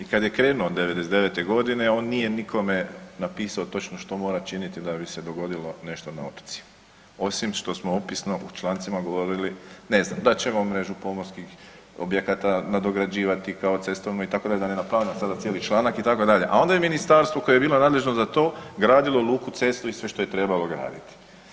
I kada je krenuo '99. godine on nije nikome napisao što mora činiti da bi dogodilo nešto na otocima osim što smo opisno u člancima govorili ne znam da ćemo mrežu pomorskih objekata nadograđivati kao cestovo itd., da ne nabrajam sada cijeli članak itd., a onda je ministarstvo koje bilo nadležno za to gradilo luku, cestu i sve što je trebalo graditi.